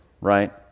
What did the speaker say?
right